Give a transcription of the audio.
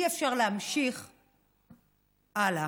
אי-אפשר להמשיך הלאה.